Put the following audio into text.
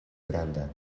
granda